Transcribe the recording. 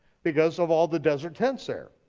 because of all the desert tents there.